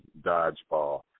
Dodgeball